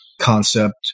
concept